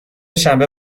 شنبه